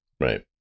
right